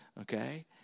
okay